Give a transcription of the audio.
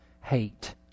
hate